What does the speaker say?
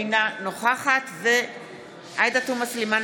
אינה נוכחת עאידה תומא סלימאן,